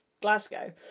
Glasgow